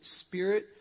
Spirit